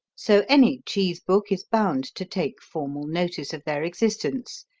so any cheese book is bound to take formal notice of their existence.